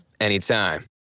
anytime